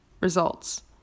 results